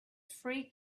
free